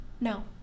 No